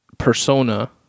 persona